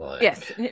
yes